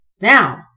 Now